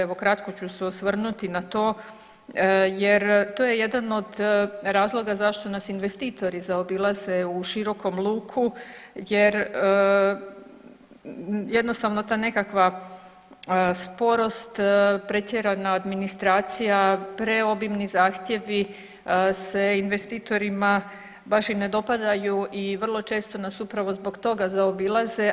Evo kratko ću se osvrnuti na to jer to je jedan od razloga zašto nas investitori zaobilaze u širokom luku, jer jednostavno ta nekakva sporost, pretjerana administracija, preobimni zahtjevi se investitorima baš i ne dopadaju i vrlo često nas upravo zbog toga zaobilaze.